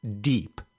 deep